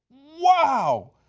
wow.